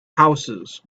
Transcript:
houses